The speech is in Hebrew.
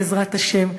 בעזרת השם,